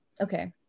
okay